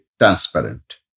transparent